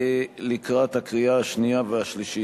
התשע"ב 2012, קריאה השנייה והשלישית.